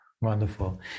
Wonderful